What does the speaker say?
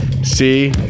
See